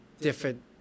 different